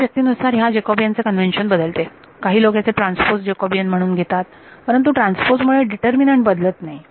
व्यक्ती व्यक्तीनुसार ह्या जॅकॉबियन चे कन्वेंशन बदलते काही लोक याचे ट्रान्सपोझ जॅकॉबियन म्हणून घेतात परंतु ट्रान्सपोझ मुळे डीटर्मिनंट बदलत नाही